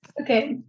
Okay